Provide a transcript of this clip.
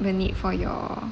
the need for your